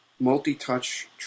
multi-touch